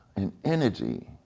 an energy.